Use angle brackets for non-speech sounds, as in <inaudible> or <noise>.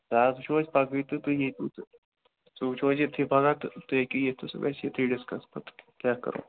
سُہ حظ وٕچھو أسۍ پگہٕے تہٕ تُہۍ <unintelligible> سُہ وٕچھو أسۍ ییٚتھۍ پگاہ تہٕ تُہۍ ہیٚکِو یِتھ تہٕ سُہ گژھِ ییٚتھی ڈِسکَس پتہٕ کیٛاہ کرو